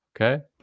okay